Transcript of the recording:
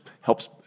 helps